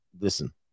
listen